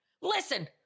Listen